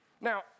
Now